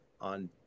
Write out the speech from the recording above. on